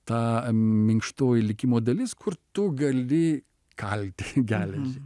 ta minkštoji likimo dalis kur tu gali kalti geležį